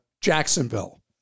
Jacksonville